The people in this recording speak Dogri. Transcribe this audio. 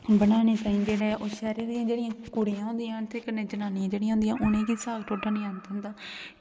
बनाने ताहीं जेह्ड़ा ऐ ओह् शैह्रें दियां जेह्ड़ियां कुड़ियां होंदियां न ते कन्नै जनानियां होंदियां न ओह् जेह्ड़ियां उनेंगी साग ढोड्डा निं बनाने ई औंदा